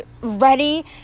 ready